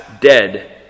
dead